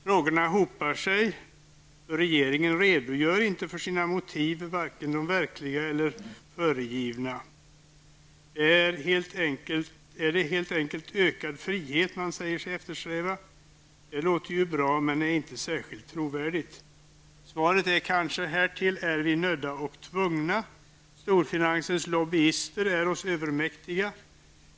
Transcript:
Frågorna hopar sig, för regeringen redogör inte för sina motiv, vare sig för de verkliga motiven eller för de föregivna motiven. Det är helt enkelt en ökad frihet som man säger sig eftersträva. Det låter bra men är inte särskilt trovärdigt. Kanske svaret är: Härtill är vi nödda och tvungna. Storfinansens lobbyister är oss övermäktiga.